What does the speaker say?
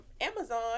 Amazon